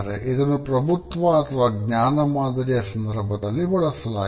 ಇದನ್ನು ಪ್ರಭುತ್ವ ಅಥವಾ ಜ್ಞಾನ ಮಾದರಿಯ ಸಂದರ್ಭದಲ್ಲಿ ಬಳಸಲಾಗಿದೆ